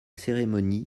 cérémonies